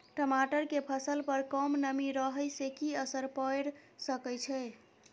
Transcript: टमाटर के फसल पर कम नमी रहै से कि असर पैर सके छै?